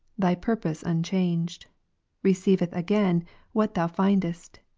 thy purpose unchanged re ceivest again what thou findest,